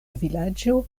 vilaĝo